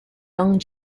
young